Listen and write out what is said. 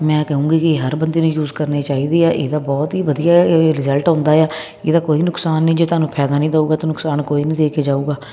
ਮੈਂ ਕਹੂੰਗੀ ਕਿ ਹਰ ਬੰਦੇ ਨੂੰ ਯੂਜ ਕਰਨੀ ਚਾਹੀਦੀ ਆ ਇਹਦਾ ਬਹੁਤ ਹੀ ਵਧੀਆ ਰਿਜਲਟ ਆਉਂਦਾ ਆ ਇਹਦਾ ਕੋਈ ਨੁਕਸਾਨ ਨਹੀਂ ਜੇ ਤੁਹਾਨੂੰ ਫਾਇਦਾ ਨਹੀਂ ਦਊਗਾ ਤਾ ਨੁਕਸਾਨ ਕੋਈ ਨਹੀਂ ਦੇ ਕੇ ਜਾਊਗਾ ਤੇ